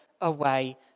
away